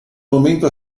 momento